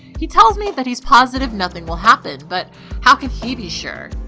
he tells me that he's positive nothing will happen, but how can he be sure?